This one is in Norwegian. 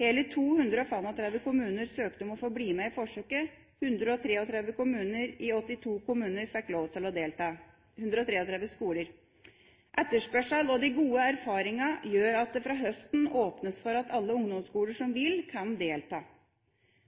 Hele 235 kommuner søkte om å få bli med i forsøket, 133 skoler i 82 kommuner fikk lov til å delta. Etterspørselen og de gode erfaringene gjør at det fra høsten åpnes for at alle ungdomsskoler som vil, kan delta.